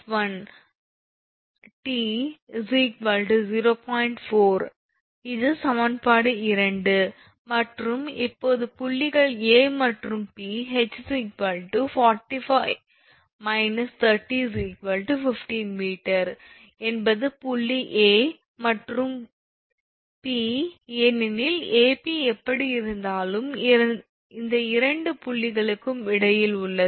40 இது சமன்பாடு 2 மற்றும் இப்போது புள்ளிகள் 𝐴 மற்றும் 𝑃 ℎ 45−30 15 𝑚 என்பது புள்ளி 𝐴 மற்றும் 𝑃 ஏனெனில் AP எப்படியிருந்தாலும் இந்த இரண்டு புள்ளிகளுக்கும் இடையில் உள்ளது